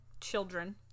children